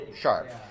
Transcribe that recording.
sharp